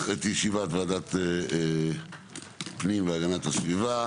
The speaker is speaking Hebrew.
ישיבת ועדת הפנים והגנת הסביבה.